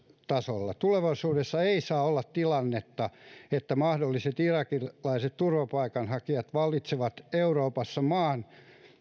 tasolla tulevaisuudessa ei saa olla tilannetta että mahdolliset irakilaiset turvapaikanhakijat valitsevat euroopassa maan